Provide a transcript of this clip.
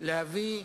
לגוף